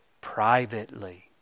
privately